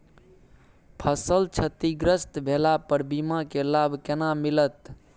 फसल क्षतिग्रस्त भेला पर बीमा के लाभ केना मिलत?